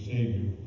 Savior